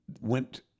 Went